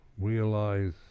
realize